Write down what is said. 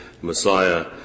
Messiah